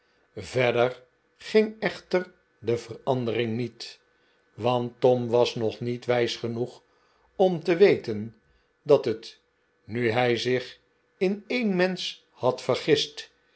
verder ging echter de verandering niet want tom was nog niet wijs genoeg om te weten dat het nu hij zich in een mensch had vergist